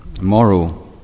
moral